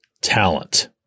talent